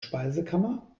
speisekammer